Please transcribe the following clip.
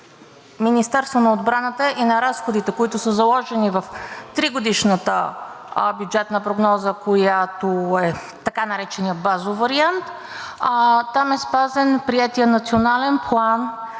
Министерството на отбраната и на разходите, които са заложени в тригодишната бюджетна прогноза, която е така нареченият базов вариант, там е спазен приетият Национален план